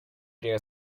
dare